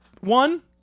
one